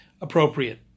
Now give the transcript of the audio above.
appropriate